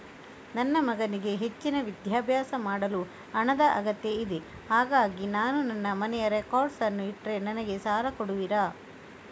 ನನ್ನ ಮಗನಿಗೆ ಹೆಚ್ಚಿನ ವಿದ್ಯಾಭ್ಯಾಸ ಮಾಡಲು ಹಣದ ಅಗತ್ಯ ಇದೆ ಹಾಗಾಗಿ ನಾನು ನನ್ನ ಮನೆಯ ರೆಕಾರ್ಡ್ಸ್ ಅನ್ನು ಇಟ್ರೆ ನನಗೆ ಸಾಲ ಕೊಡುವಿರಾ?